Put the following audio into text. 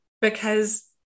because-